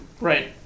right